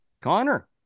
Connor